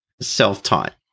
self-taught